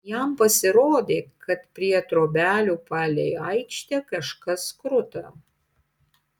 jam pasirodė kad prie trobelių palei aikštę kažkas kruta